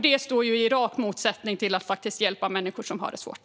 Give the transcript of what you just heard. Detta står i rak motsättning till att hjälpa människor som har det svårt.